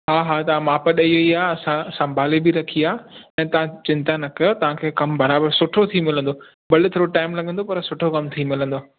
हा हा तव्हां माप ॾेई वेई आहे असां संभाले बि रखी आहे ऐं तव्हां चिंता न कयो तव्हां खे कमु बरोबरु सुठो थी मिलंदो भले थोरो टाईम लॻंदो पर सुठो कमु थी मिलंदो